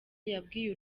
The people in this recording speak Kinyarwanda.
yabwiye